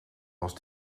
was